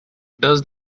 does